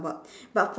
about but